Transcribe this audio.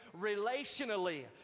relationally